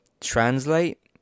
translate